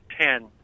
ten